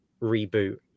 reboot